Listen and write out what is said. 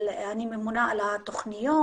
אני ממונה על התוכניות.